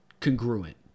congruent